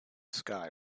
sky